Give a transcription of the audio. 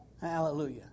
Hallelujah